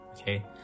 okay